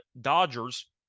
Dodgers